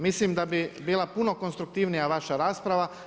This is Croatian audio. Mislim da bi bila puno konstruktivnija vaša rasprava.